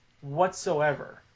whatsoever